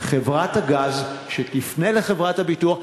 חברת הגז שתפנה לחברת הביטוח,